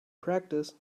practice